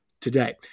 today